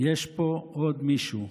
יש פה עוד מישהו,